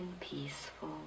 peaceful